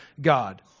God